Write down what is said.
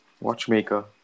Watchmaker